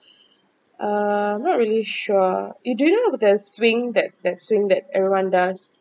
uh not really sure you do you know there's a swing that that swing that everyone does